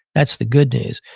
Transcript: that's the good news.